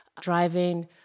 driving